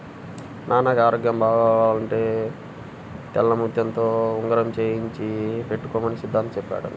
నాన్నకి ఆరోగ్యం బాగవ్వాలంటే తెల్లముత్యంతో ఉంగరం చేయించి పెట్టుకోమని సిద్ధాంతి చెప్పాడంట